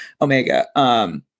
Omega